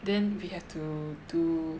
then we have to do